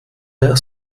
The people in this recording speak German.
mehr